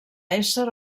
ésser